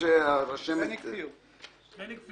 נותני "שירות